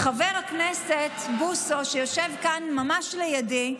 חבר הכנסת בוסו, שיושב כאן ממש לידי,